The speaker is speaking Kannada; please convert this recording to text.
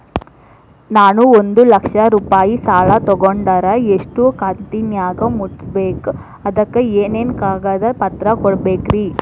ನಾನು ಒಂದು ಲಕ್ಷ ರೂಪಾಯಿ ಸಾಲಾ ತೊಗಂಡರ ಎಷ್ಟ ಕಂತಿನ್ಯಾಗ ಮುಟ್ಟಸ್ಬೇಕ್, ಅದಕ್ ಏನೇನ್ ಕಾಗದ ಪತ್ರ ಕೊಡಬೇಕ್ರಿ?